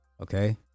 Okay